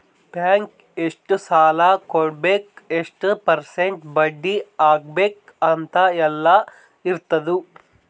bank ಎಷ್ಟ ಸಾಲಾ ಕೊಡ್ಬೇಕ್ ಎಷ್ಟ ಪರ್ಸೆಂಟ್ ಬಡ್ಡಿ ಹಾಕ್ಬೇಕ್ ಅಂತ್ ಎಲ್ಲಾ ಇರ್ತುದ್